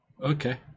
Okay